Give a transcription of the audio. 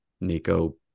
Nico